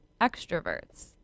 extroverts